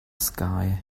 sky